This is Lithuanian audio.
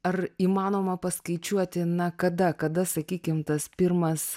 ar įmanoma paskaičiuoti na kada kada sakykim tas pirmas